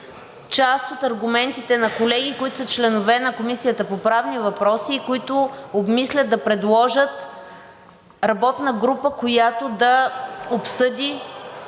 част от аргументите на колеги, които са членове на Комисията по конституционни и правни въпроси и които обмислят да предложат работна група, която да обсъди